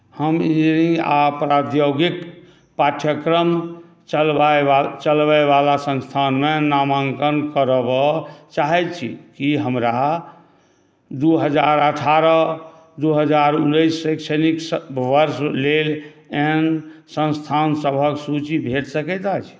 हम इंजीनियरिङ्ग आओर प्रौद्योगिक पाठ्यक्रम चलबैवला संस्थानमे नामाङ्कन करबय चाहैत छी की हमरा दू हजार अठारह दू हजार उनैस शैक्षणिक वर्ष लेल एहन संस्थानसभके सूची भेट सकैत अछि